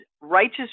righteous